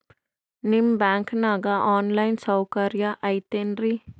ನಿಮ್ಮ ಬ್ಯಾಂಕನಾಗ online ಸೌಕರ್ಯ ಐತೇನ್ರಿ?